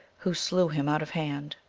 who slew him out of hand.